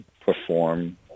perform